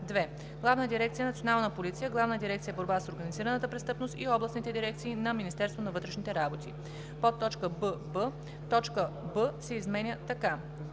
„2. Главна дирекция „Национална полиция“, Главна дирекция „Борба с организираната престъпност“ и областните дирекции на Министерството на вътрешните работи“; бб) точка 6 се изменя така: